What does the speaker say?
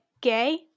gay